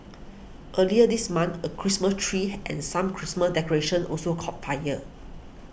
earlier this month a Christmas tree and some Christmas decorations also caught fire